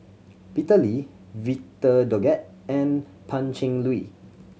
Peter Lee Victor Doggett and Pan Cheng Lui